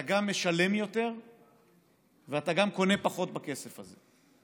אתה גם משלם יותר ואתה גם קונה פחות בכסף הזה.